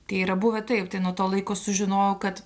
tai yra buvę taip tai nuo to laiko sužinojau kad